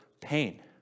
pain